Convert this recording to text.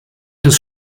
des